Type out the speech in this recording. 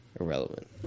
Irrelevant